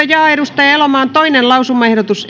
ja toisen lausumaehdotuksen